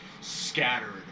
scattered